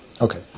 Okay